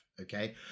Okay